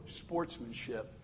sportsmanship